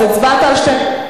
אז הצבעת על שתיהן?